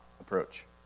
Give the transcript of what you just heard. approach